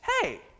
hey